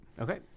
Okay